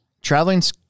Traveling's